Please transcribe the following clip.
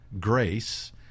grace